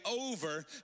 over